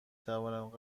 توانم